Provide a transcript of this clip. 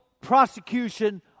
prosecution